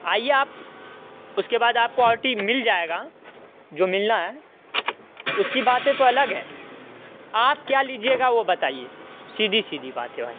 آئیے آپ اس کے بعد آپ کو آر ٹی مل جائے گا جو ملنا ہیں اس کی باتیں تو الگ ہے آپ کیا لیجیے گا وہ بتائیے سیدھی سیدھی بات ہے بھائی